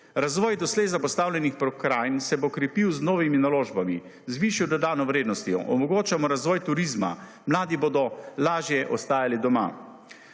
Razvoj doslej zapostavljenih pokrajin se bo krepil z novimi naložbami, z višjo dodano vrednostjo, omogočamo razvoj turizma, mladi bodo lažje ostajali doma.